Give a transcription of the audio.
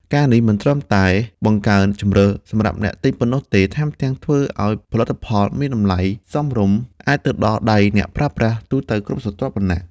ការណ៍នេះមិនត្រឹមតែ បង្កើនជម្រើស សម្រាប់អ្នកទិញប៉ុណ្ណោះទេ ថែមទាំងធ្វើឱ្យផលិតផលមាន តម្លៃសមរម្យ អាចទៅដល់ដៃអ្នកប្រើប្រាស់ទូទៅគ្រប់ស្រទាប់វណ្ណៈ។